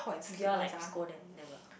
did you all like scold them never